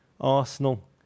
Arsenal